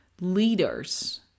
leaders